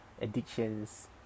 addictions